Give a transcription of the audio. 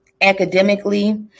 academically